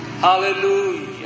Hallelujah